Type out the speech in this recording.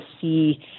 see